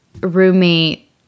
roommate